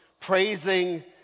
praising